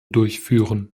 durchführen